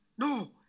no